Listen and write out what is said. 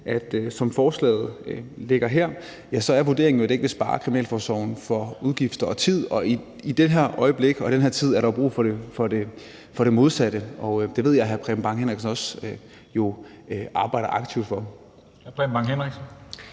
at som forslaget ligger her, er vurderingen, at det ikke vil spare kriminalforsorgen for udgifter og tid, og i det her øjeblik og i den her tid er der jo brug for det modsatte. Og det ved jeg at hr. Preben Bang Henriksen jo også arbejder aktivt for.